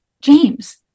James